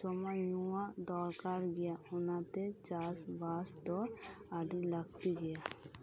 ᱡᱚᱢᱟᱜ ᱧᱩᱣᱟᱜ ᱫᱚᱨᱠᱟᱨ ᱜᱮᱭᱟ ᱚᱱᱟᱛᱮ ᱪᱟᱥ ᱵᱟᱥ ᱫᱚ ᱟᱹᱰᱤ ᱞᱟᱹᱠᱛᱤ ᱜᱮᱭᱟ